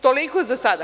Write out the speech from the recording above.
Toliko za sada.